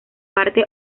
parte